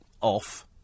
off